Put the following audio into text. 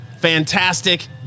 Fantastic